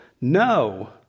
No